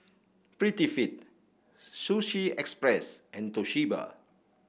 Prettyfit Sushi Express and Toshiba